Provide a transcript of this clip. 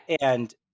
And-